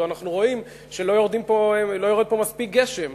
אנחנו רואים שלא יורד פה מספיק גשם,